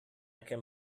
can